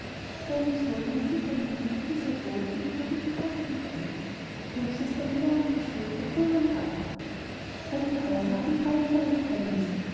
feine sohlen waren sicher nie über diese rohen ungehobelten bretter gegangen höchstens der benagelte schuh der früheren packer alte häuser haben freilich ihre geheimnisse